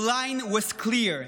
the line was clear.